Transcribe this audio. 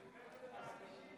מיקי, אני בטוח שאתה תעזור לי.